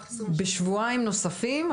בשבועיים נוספים,